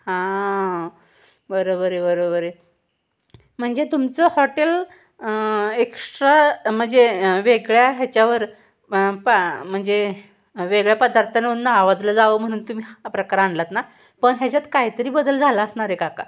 हां हां बरोबर आहे बरोबर आहे म्हणजे तुमचं हॉटेल एक्स्ट्रा म्हणजे वेगळ्या ह्याच्यावर पा म्हणजे वेगळ्या पदार्थांहून नावाजलं जावं म्हणून तुम्ही हा प्रकार आणला आहात ना पण ह्याच्यात काहीतरी बदल झाला असणार आहे काका